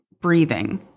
breathing